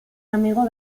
amigo